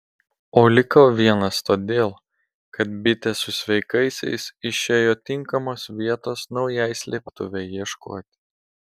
o liko vienas todėl kad bitė su sveikaisiais išėjo tinkamos vietos naujai slėptuvei ieškoti